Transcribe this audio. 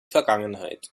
vergangenheit